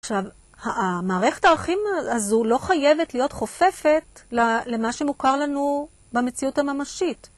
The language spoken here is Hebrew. עכשיו, המערכת הערכים הזו לא חייבת להיות חופפת למה שמוכר לנו במציאות הממשית.